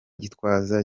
gitwaza